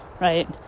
right